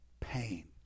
pain